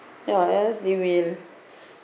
ya else they will